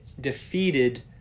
defeated